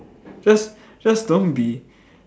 just just don't be